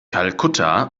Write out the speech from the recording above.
kalkutta